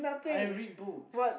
I read books